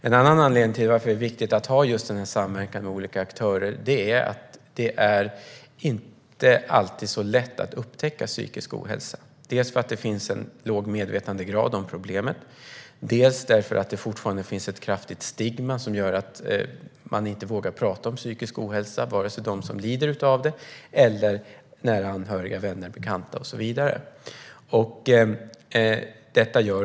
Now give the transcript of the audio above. En annan anledning till att det är viktigt att ha denna samverkan mellan olika aktörer är att det inte alltid är så lätt att upptäcka psykisk ohälsa, dels därför att det finns en låg medvetandegrad om problemet, dels därför att det fortfarande finns ett kraftigt stigma som gör att man inte vågar prata om psykisk ohälsa - varken de som lider av det eller nära anhöriga, vänner, bekanta och så vidare.